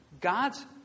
God's